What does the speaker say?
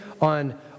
on